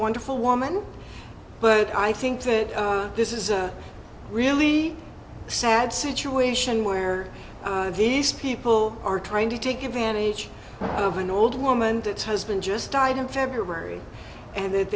wonderful woman but i think that this is a really sad situation where these people are trying to take advantage of an old woman that has been just died in february and that